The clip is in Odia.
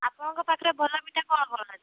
ଆପଣଙ୍କ ପାଖରେ ଭଲ ମିଠା କ'ଣ ଭଲ ରହିଛି